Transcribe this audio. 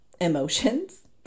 emotions